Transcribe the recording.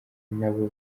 nabo